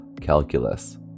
calculus